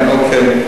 אוקיי.